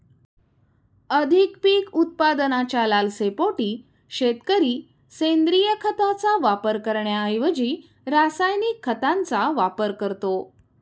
अधिक पीक उत्पादनाच्या लालसेपोटी शेतकरी सेंद्रिय खताचा वापर करण्याऐवजी रासायनिक खतांचा वापर करतो